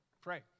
Pray